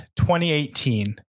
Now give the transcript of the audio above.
2018